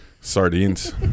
Sardines